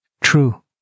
true